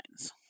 lines